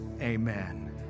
amen